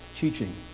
teaching